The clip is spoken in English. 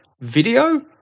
video